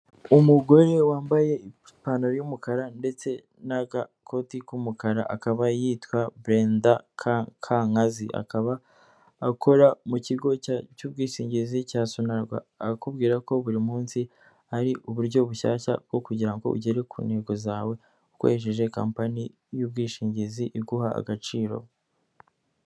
Umugore wambaye ipantaro y'umukara ndetse n'agakoti k'umukara, akaba yitwa Brenda Kankazi. Akaba akora mu kigo cy'ubwishingizi cya sonarwa, akakubwira ko buri munsi ari uburyo bushyashya bwo kugira ugere ku ntego zawe. Ukoresheje kompani y'ubwishingizi iguha agaciro.